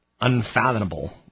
unfathomable